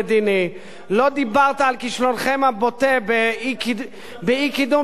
לא דיברת על כישלונכם הבוטה באי-קידום תקציב המדינה.